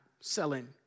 selling